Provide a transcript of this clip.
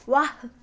ವಾಹ್